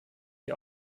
die